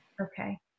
Okay